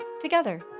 together